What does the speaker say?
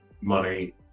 money